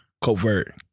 covert